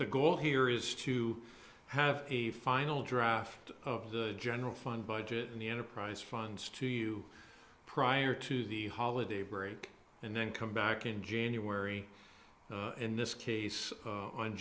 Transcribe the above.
the goal here is to have a final draft of the general fund budget and the enterprise funds to you prior to the holiday break and then come back in january in this case